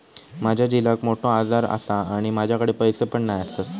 माझ्या झिलाक मोठो आजार आसा आणि माझ्याकडे पैसे पण नाय आसत